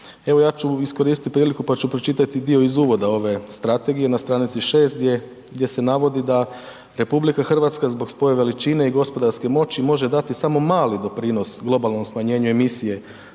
Evo, ja ću iskoristiti priliku pa ću pročitati dio iz uvod ove strategije na stranici 6 gdje se navodi da RH zbog svoje veličine i gospodarske moći može dati samo mali doprinos globalnom smanjenju emisije